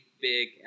big